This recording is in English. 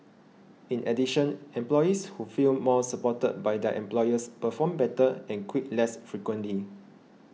in addition employees who feel more supported by their employers perform better and quit less frequently